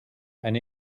eine